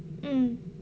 mm